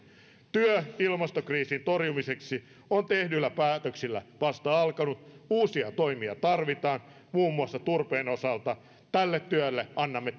työ ilmastokriisin torjumiseksi on tehdyillä päätöksillä vasta alkanut uusia toimia tarvitaan muun muassa turpeen osalta tälle työlle annamme